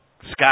Scott